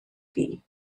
chwi